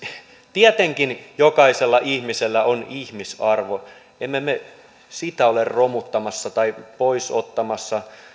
tietenkin jokaisella ihmisellä on ihmisarvo emme me sitä ole romuttamassa tai pois ottamassa